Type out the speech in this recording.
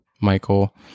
Michael